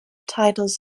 titles